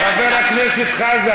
חבר הכנסת חזן,